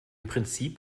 prinzip